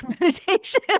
meditation